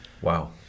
Wow